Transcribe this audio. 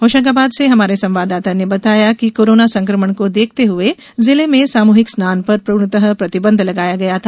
होशंगाबाद से हमारे संवाददाता ने बताया है कि कोरोना संकमण को देखते हुए जिले में सामूहिक स्नान पर पूर्णतः प्रतिबंध लगाया गया था